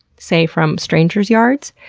say from strangers' yards,